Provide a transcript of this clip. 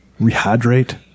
rehydrate